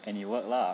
and it worked lah